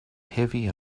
heavy